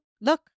Look